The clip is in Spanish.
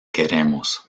queremos